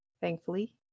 Thankfully